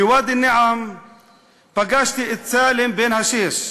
בוואדי-אלנעם פגשתי את סאלם בן השש,